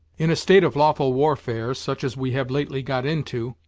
in a state of lawful warfare, such as we have lately got into,